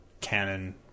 canon